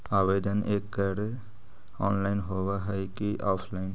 आवेदन एकड़ ऑनलाइन होव हइ की ऑफलाइन?